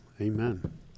Amen